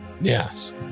Yes